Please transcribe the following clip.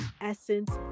Essence